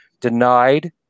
denied